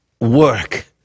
work